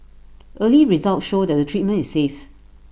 early results show that the treatment is safe